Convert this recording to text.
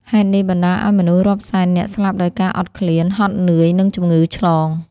ហេតុនេះបណ្ដាលឱ្យមនុស្សរាប់សែននាក់ស្លាប់ដោយការអត់ឃ្លាន ហត់នឿយ និងជំងឺឆ្លង។